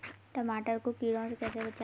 टमाटर को कीड़ों से कैसे बचाएँ?